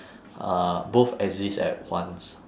uh both exist at once